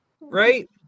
right